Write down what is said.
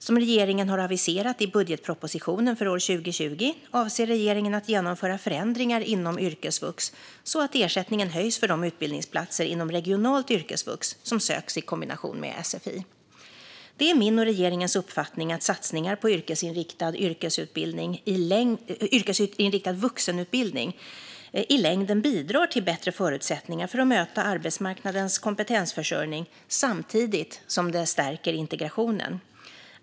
Som regeringen har aviserat i budgetpropositionen för år 2020 avser regeringen att genomföra förändringar inom yrkesvux så att ersättningen höjs för de utbildningsplatser inom regionalt yrkesvux som söks i kombination med sfi. Det är min och regeringens uppfattning att satsningar på yrkesinriktad vuxenutbildning i längden bidrar till bättre förutsättningar för att möta arbetsmarknadens kompetensförsörjning samtidigt som det stärker integrationen.